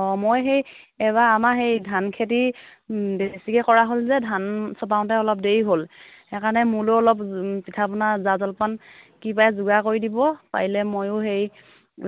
অঁ মই সেই এইবাৰ আমাৰ হেৰি ধান খেতি বেছিকৈ কৰা হ'ল যে ধান চপাওঁতে অলপ দেৰি হ'ল সেইকাৰণে মোলৈও অলপ পিঠাপনা জা জলপান কি পাৰে যোগাৰ কৰি দিব পাৰিলে ময়ো হেৰি